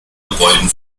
gebäuden